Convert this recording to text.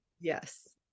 Yes